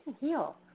heal